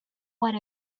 what